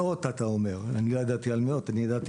אתה אומר מאות אני לא ידעתי על מאות, אני ידעתי